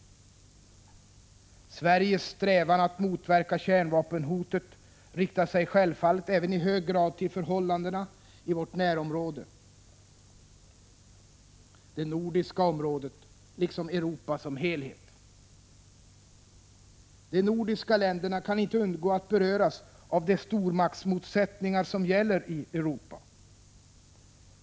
Sveriges strävan att motverka kärnvapenhotet riktar sig självfallet även i hög grad till förhållandena i vårt närområde, det nordiska området liksom Europa som helhet. De nordiska länderna kan inte undgå att beröras av de stormaktsmotsättningar som gäller i Europa.